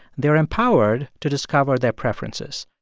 they're empowered to discover their preferences.